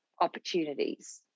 opportunities